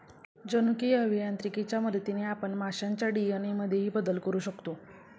जनुकीय अभियांत्रिकीच्या मदतीने आपण माशांच्या डी.एन.ए मध्येही बदल करू शकतो